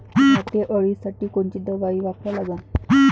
घाटे अळी साठी कोनची दवाई वापरा लागन?